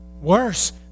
Worse